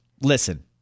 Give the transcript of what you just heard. Listen